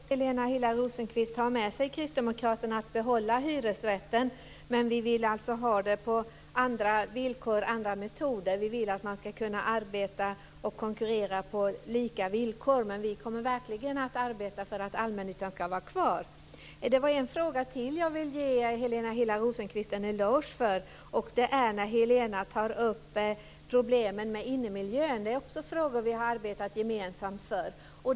Fru talman! Helena Hillar Rosenqvist har med sig kristdemokraterna när det gäller att behålla hyresrätten. Men vi vill ha andra villkor och andra metoder. Vi vill att man ska kunna arbeta och konkurrera på lika villkor. Men vi kommer verkligen att arbeta för att allmännyttan ska vara kvar. Det var en fråga till som jag vill ge Helena Hillar Rosenqvist en eloge för. Det är när hon tar upp problemen med innemiljön. Det är också frågor vi har arbetat gemensamt för.